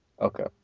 Okay